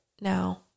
now